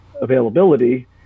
availability